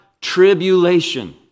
tribulation